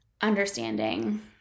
understanding